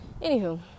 anywho